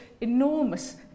enormous